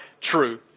true